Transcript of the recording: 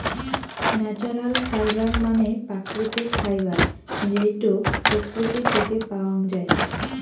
natural fibre মানে প্রাকৃতিক fibre যেইটো প্রকৃতি থেকে পাওয়াঙ যাই